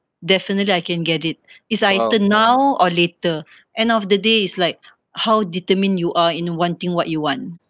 definitely I can get it it's either now or later end of the day it's like how determined you are in wanting what you want